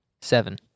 Seven